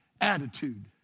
attitude